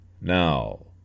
now